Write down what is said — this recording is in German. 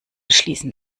schließen